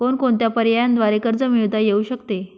कोणकोणत्या पर्यायांद्वारे कर्ज मिळविता येऊ शकते?